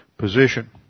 position